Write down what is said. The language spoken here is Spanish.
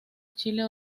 chile